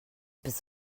bis